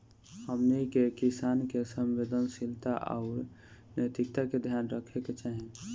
हमनी के किसान के संवेदनशीलता आउर नैतिकता के ध्यान रखे के चाही